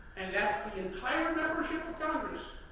and that's the entire membership of congress,